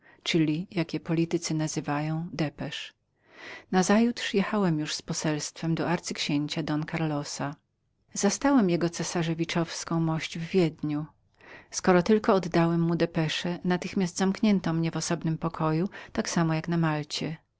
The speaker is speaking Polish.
w polityce nazywają depesze nazajutrz wracałem już z poselstwem do arcyksięcia don carlosa zastałem jego cesarzowiczowską mość w wiedniu skoro tylko oddałem mu depesze natychmiast zamknięto mnie w osobnym pokoju tak samo jak w malcie